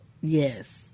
Yes